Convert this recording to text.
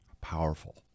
powerful